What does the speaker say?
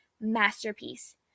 masterpiece